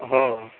हो